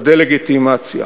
עם דה-לגיטימציה.